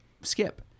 skip